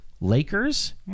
Lakers